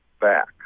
back